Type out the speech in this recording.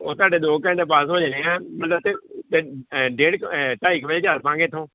ਉਹ ਤੁਹਾਡੇ ਦੋ ਘੰਟੇ ਪਾਸ ਹੋ ਜਾਣੇ ਆ ਮਤਲਵ ਕਿ ਡ ਡੇਢ ਕੁ ਢਾਈ ਕੁ ਵਜੇ ਚਲ ਪਾਂਗੇ ਇੱਥੋਂ